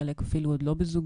חלק אפילו עוד לא בזוגיות,